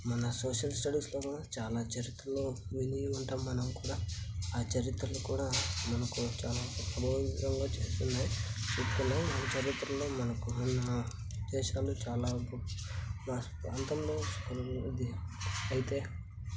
మన సోషల్ స్టడీస్లో కూడా చాలా చరిత్రలు విని ఉంటాము మనం కూడా ఆ చరిత్రలు కూడా మనకు చాలా ప్రభావితంగా చేసి ఉన్నాయి ఇట్లనే మన చరిత్రలు మనకు ఉన్న దేశాలు చాలా ప్రాంతంలో ఇది అయితే